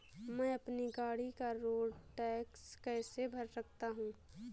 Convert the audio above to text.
मैं अपनी गाड़ी का रोड टैक्स कैसे भर सकता हूँ?